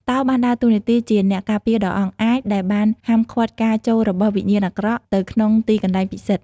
តោបានដើរតួនាទីជាអ្នកការពារដ៏អង់អាចដែលបានហាមឃាត់ការចូលរបស់វិញ្ញាណអាក្រក់ទៅក្នុងទីកន្លែងពិសិដ្ឋ។